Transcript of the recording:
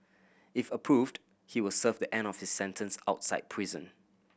if approved he will serve the end of his sentence outside prison